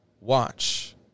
watch